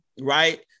right